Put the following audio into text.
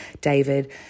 David